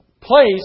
Place